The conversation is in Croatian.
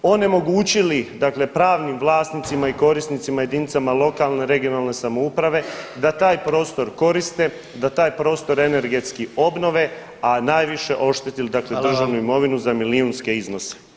Onemogućili dakle pravnim vlasnicima i korisnicima jedinicama lokalne, regionalne samouprave da taj prostor koriste, da taj prostor energetski obnove, a najviše oštetili dakle državnu [[Upadica: Hvala vam.]] imovinu za imovinske iznose.